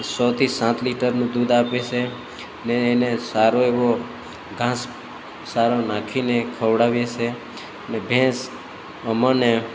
છ થી સાત લિટરનું દૂધ આપે છે અને એને સારો એવો ઘાસચારો નાખીને ખવડાવીએ છે ને ભેંસ અમને